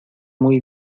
muy